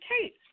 Kate